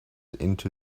into